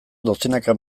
dozenaka